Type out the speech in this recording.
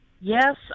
Yes